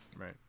Right